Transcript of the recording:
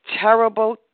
terrible